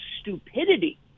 stupidity